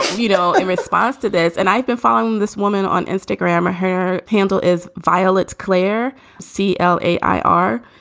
you know, in response to this and i've been following this woman on instagram, her handle is vile. it's claire c l a. i are.